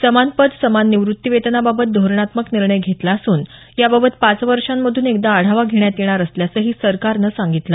समान पद समान निवृत्ती वेतनाबाबत धोरणात्मक निर्णय घेतला असून याबाबत पाच वर्षांमधून एकदा आढावा घेण्यात येणार असल्याचंही सरकारनं सांगितलं